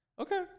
Okay